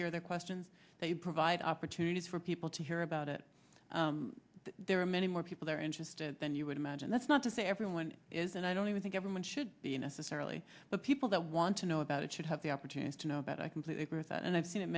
hear their questions they provide opportunities for people to hear about it there are many more people are interested than you would imagine that's not to say everyone is and i don't even think government should be necessarily but people that want to know about it should have the opportunity to know about i completely agree with that and i've seen it